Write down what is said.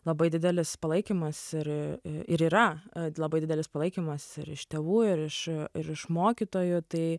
labai didelis palaikymas ir ir yra labai didelis palaikymas ir iš tėvų ir iš ir iš mokytojų tai